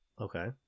Okay